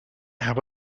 have